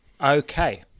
Okay